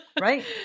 Right